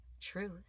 truth